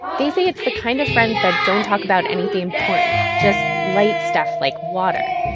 they say it's the kind of friends that don't talk about anything important just light stuff, like water.